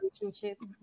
relationship